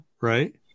right